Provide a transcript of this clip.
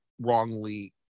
wrongly